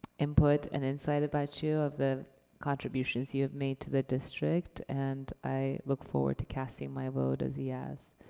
input and insight about you, of the contributions you have made to the district, and i look forward to casting my vote as a yes.